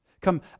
Come